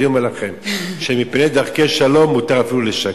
אני אומר לכם שמפני דרכי שלום מותר אפילו לשקר.